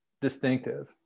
distinctive